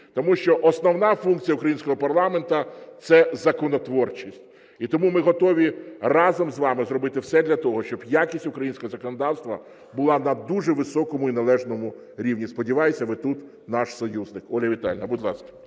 тому що основна функція українського парламенту – це законотворчість. І тому ми готові разом з вами зробити все для того, щоб якість українського законодавства була на дуже високому і належному рівні. Сподіваюся, ви тут наш союзник. Ольга Віталіївна, будь ласка.